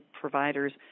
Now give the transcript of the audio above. providers